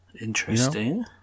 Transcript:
Interesting